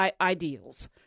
ideals